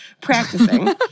Practicing